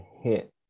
hit